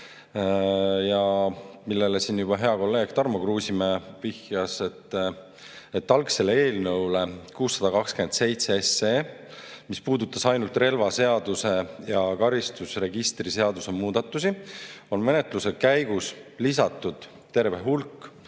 Nagu siin juba hea kolleeg Tarmo Kruusimäe vihjas, algsele eelnõule 627, mis puudutas ainult relvaseaduse ja karistusregistri seaduse muutmist, on menetluse käigus lisatud terve hulk